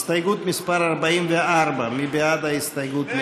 הסתייגות 44. מי בעד ההסתייגות?